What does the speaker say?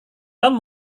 tom